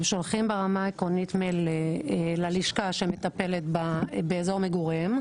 הם שולחים ברמה העקרונית מייל ללשכה שמטפלת באזור מגוריהם.